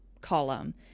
column